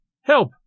Help